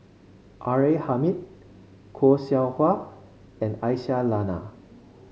R A Hamid Khoo Seow Hwa and Aisyah Lyana